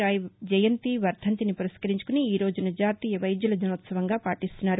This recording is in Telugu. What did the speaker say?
రాయ్ జయంతి వర్దంతిని పురస్కరించుకుని ఈ రోజును జాతీయ వైద్యుల దినోత్సవంగా పాటిస్తునారు